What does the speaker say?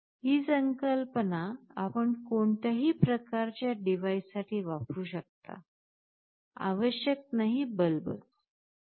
ही संकल्पना आपण कोणत्याही प्रकारच्या डिव्हाइससाठी वापरू शकता आवश्यक नाही बल्बच